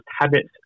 habits